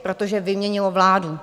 Protože vyměnilo vládu.